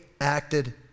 acted